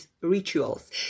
rituals